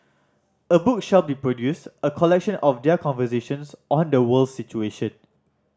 a book shall be produced a collection of their conversations on the world's situation